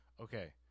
Okay